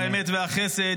האמת והחסד,